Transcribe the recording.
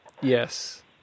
yes